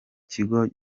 kigo